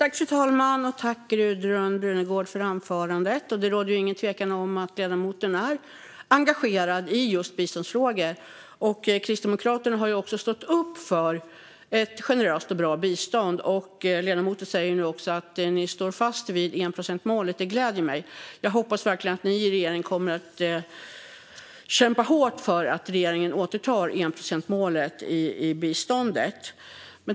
Fru talman! Tack, Gudrun Brunegård, för anförandet! Det råder ingen tvekan om att ledamoten är engagerad i just biståndsfrågor. Kristdemokraterna har också stått upp för ett generöst och bra bistånd. Ledamoten säger nu också att ni står fast vid enprocentsmålet. Det gläder mig. Jag hoppas verkligen att ni i regering kommer att kämpa hårt för att regeringen återtar enprocentsmålet i biståndet.